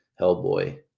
Hellboy